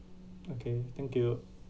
okay thank you